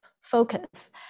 focus